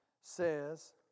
says